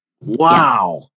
Wow